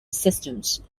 systems